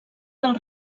del